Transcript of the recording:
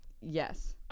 Yes